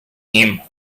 him